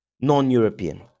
non-European